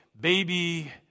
baby